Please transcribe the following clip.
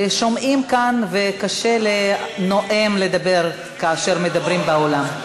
שומעים כאן וקשה לנואם לדבר כאשר מדברים באולם.